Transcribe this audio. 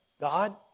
God